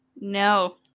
No